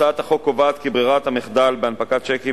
הצעת החוק קובעת כי ברירת המחדל בהנפקת הצ'קים